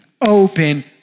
Open